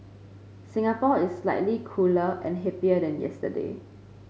Singapore is slightly cooler and hipper than yesterday